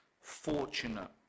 Fortunate